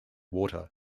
water